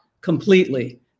completely